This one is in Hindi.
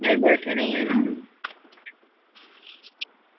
नही बैठे नहीं हैं ना